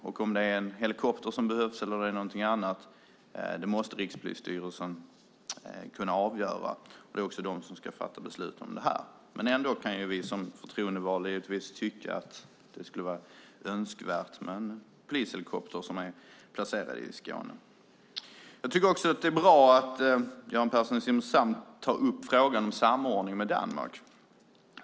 Om en helikopter eller någonting annat behövs måste Rikspolisstyrelsen kunna avgöra. Det är de som ska fatta beslut om sådant. Men givetvis kan vi förtroendevalda tycka att det vore önskvärt att ha en polishelikopter placerad i Skåne. Det är också bra att Göran Persson i Simrishamn tar upp frågan om en samordning med Danmark.